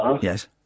Yes